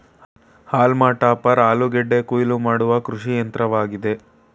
haulm topper ಆಲೂಗೆಡ್ಡೆ ಕುಯಿಲು ಮಾಡುವ ಕೃಷಿಯಂತ್ರವಾಗಿದೆ